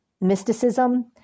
mysticism